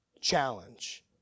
challenge